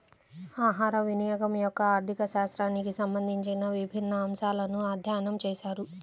ఆహారవినియోగం యొక్క ఆర్థిక శాస్త్రానికి సంబంధించిన విభిన్న అంశాలను అధ్యయనం చేశారు